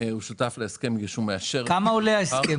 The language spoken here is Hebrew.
הוא שותף להסכם בגלל שהוא מאשר את השכר.